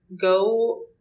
go